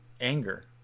anger